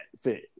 fit